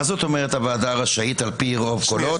מה זאת אומרת "הוועדה רשאית על פי רוב קולות"?